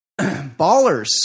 Ballers